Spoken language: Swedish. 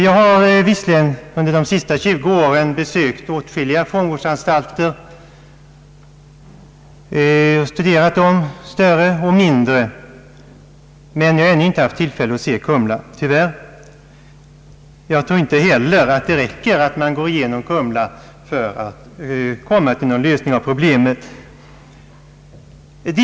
Jag har visserligen under de senaste 20 åren besökt och studerat åtskilliga fångvårdsanstalter, större och mindre, men tyvärr ännu inte haft tillfälle att se Kumlaanstalten. Inte heller tror jag att det räcker att gå igenom den anstalten för att komma till någon uppfattning om hur problemet skall lösas.